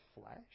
flesh